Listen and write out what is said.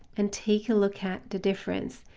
and take a look at the difference.